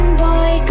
boy